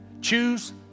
choose